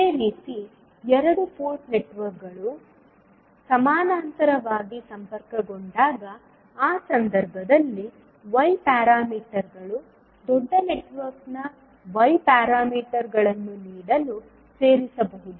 ಅದೇ ರೀತಿ ಎರಡು ಪೋರ್ಟ್ ನೆಟ್ವರ್ಕ್ಗಳು ಸಮಾನಾಂತರವಾಗಿ ಸಂಪರ್ಕಗೊಂಡಾಗ ಆ ಸಂದರ್ಭದಲ್ಲಿ y ಪ್ಯಾರಾಮೀಟರ್ಗಳು ದೊಡ್ಡ ನೆಟ್ವರ್ಕ್ನ y ಪ್ಯಾರಾಮೀಟರ್ಗಳನ್ನು ನೀಡಲು ಸೇರಿಸಬಹುದು